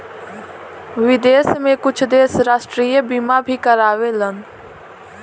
विदेश में कुछ देश राष्ट्रीय बीमा भी कारावेलन